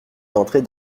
d’entrer